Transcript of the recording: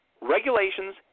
Regulations